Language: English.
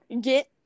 get